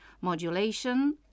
modulation